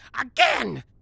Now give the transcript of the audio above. again